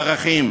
ובערכים.